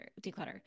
declutter